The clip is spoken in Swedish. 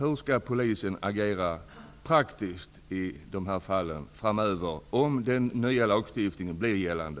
Hur skall polisen agera praktiskt i dessa fall framöver om den nya lagstiftningen blir gällande?